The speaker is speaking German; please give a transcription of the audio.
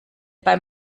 beim